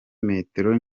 metero